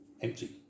empty